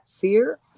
fear